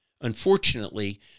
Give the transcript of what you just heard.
Unfortunately